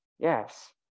Yes